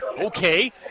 Okay